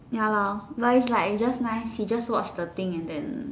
ya lor but it's like just nice he just watch the thing and then